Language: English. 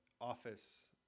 office